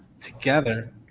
together